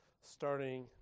starting